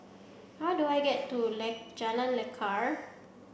how do I get to Jalan Lekar